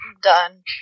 Done